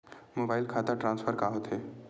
Mobile खाता transfer का होथे?